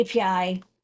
API